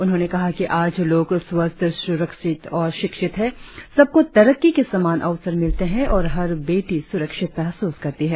उन्होंने कहा कि आज लोग स्वस्थ्य सुरक्षित और शिक्षित है सबको तरक्की के समान अवसर मिलते है और हर बेटी सुरक्षित महसूस करती है